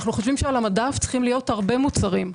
אנו חושבים שעל המדף צריכים להיות הרבה מוצרים.